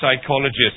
psychologist